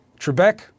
Trebek